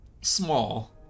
small